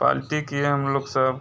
party किए हम लोग सब